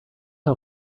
how